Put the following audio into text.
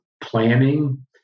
planning